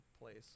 place